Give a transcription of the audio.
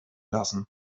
lassen